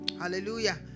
hallelujah